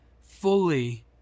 fully